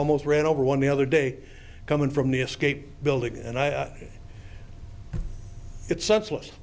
almost ran over one the other day coming from the escape building and i it senseless